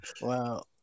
Wow